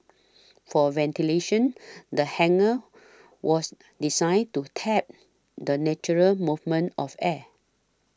for ventilation the hangar was designed to tap the natural movement of air